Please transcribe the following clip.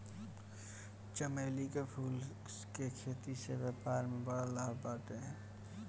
चमेली के फूल के खेती से व्यापार में बड़ा लाभ बाटे